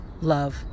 love